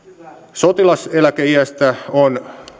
sotilaseläkeiästä on